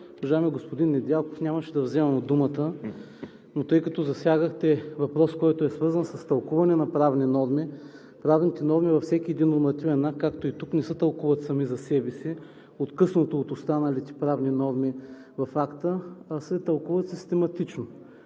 Уважаеми господин Недялков, нямаше да вземам думата, но тъй като засягахте въпрос, който е свързан с тълкуване на правни норми, правните норми във всеки един нормативен акт, както и тук, не се тълкуват сами за себе си, откъснато от останалите правни норми в акта, а се тълкуват систематично.